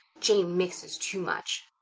jane mixes too much.